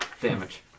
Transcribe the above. damage